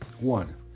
One